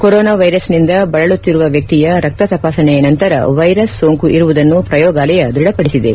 corona ವೈರಸ್ನಿಂದ ಬಳಲುತ್ತಿರುವ ವ್ಯಕ್ತಿಯ ರಕ್ತ ತಪಾಸಣೆಯ ನಂತರ ವೈರಸ್ ಸೋಂಕು ಇರುವುದನ್ನು ಪ್ರಯೋಗಾಲಯ ಧ್ವಡಪಡಿಸಿದೆ